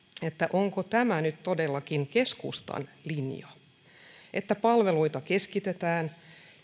onko tämä nyt todellakin keskustan linja että palveluita keskitetään